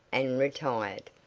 and retired.